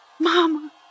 Mama